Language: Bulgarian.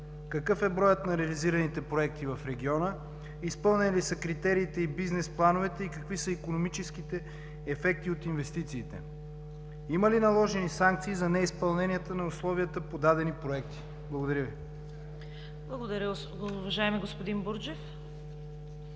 какъв е броят на реализираните проекти в региона? Изпълнени ли са критериите и бизнес плановете и какви са икономическите ефекти от инвестициите? Има ли наложени санкции за неизпълнение на условията по дадени проекти? Благодаря Ви. ПРЕДСЕДАТЕЛ ЦВЕТА КАРАЯНЧЕВА: Благодаря, уважаеми господин Бурджев.